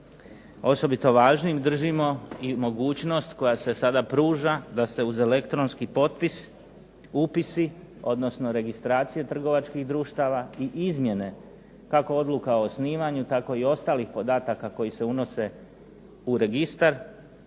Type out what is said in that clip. Osobito važnim držimo i mogućnost koja se sada pruža da se uz elektronski potpis upisi, odnosno registracije trgovačkih društva i izmjena kako odluka o osnivanju, tako i ostalih podataka koje se unose u registar,